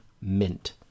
mint